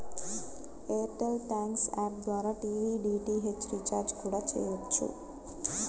air tell thanks app ద్వారా TV DTH recharge కూడా చెయ్యొచ్చు